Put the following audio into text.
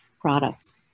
products